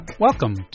Welcome